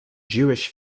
jewish